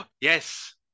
Yes